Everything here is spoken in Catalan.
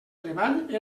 treball